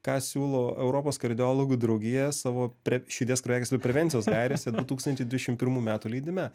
ką siūlo europos kardiologų draugija savo pre širdies kraujagyslių prevencijos gairėse du tūkstančiai dvidešimt pirmų metų leidime